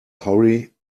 hurry